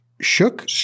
shook